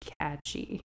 catchy